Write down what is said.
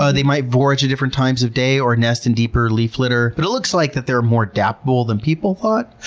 ah they might forage at different times of day or nest in deeper leaf litter. but it looks like that they're more adaptable than people thought.